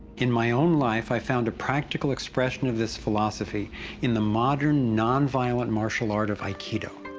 in my own life, i found a practical expression of this philosophy in the modern, non-violent martial art of aikido.